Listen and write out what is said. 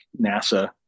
nasa